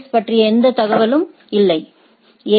S பற்றிய எந்த தகவலும் இல்லை எ